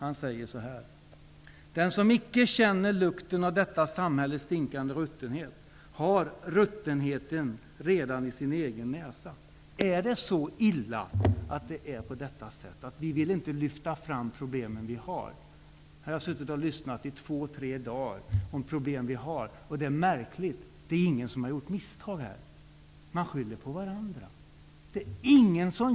Han säger så här: ''Den som icke känner lukten av detta samhälles stinkande ruttenhet har ruttenheten redan i sin egen näsa.'' Är det så illa att det är på detta sätt, att vi inte vill lyfta fram problem vi har? Jag har suttit och lyssnat i tre dagar till debatten om de problem vi har, och det märkliga är att ingen har gjort misstag. Man skyller på varandra.